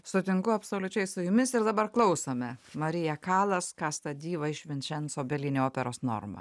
sutinku absoliučiai su jumis ir dabar klausome marija kalas kasta diva iš vinčenso belini operos norma